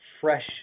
fresh